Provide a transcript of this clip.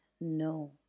no